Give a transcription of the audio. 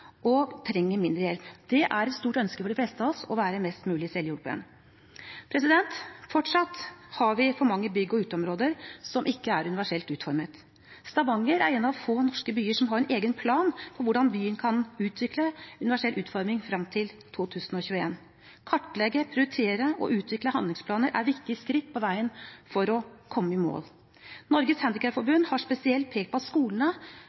og trenger mindre hjelp. Det er et stort ønske for de fleste av oss å være mest mulig selvhjulpen. Fortsatt har vi for mange bygg og uteområder som ikke er universelt utformet. Stavanger er en av få norske byer som har en egen plan for hvordan byen kan utvikle universell utforming innen 2021. Å kartlegge, prioritere og utvikle handlingsplaner er viktige skritt på veien for å komme i mål. Norges Handikapforbund har spesielt pekt på at skolene